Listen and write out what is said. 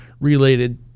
related